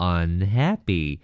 unhappy